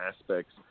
aspects